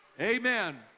Amen